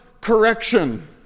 correction